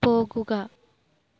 പോകുക